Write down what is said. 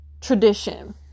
tradition